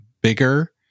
bigger